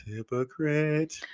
Hypocrite